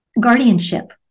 Guardianship